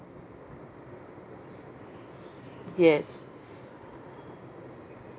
yes